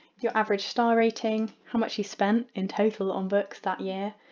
your average star rating, how much you spent in total on books that year,